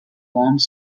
worms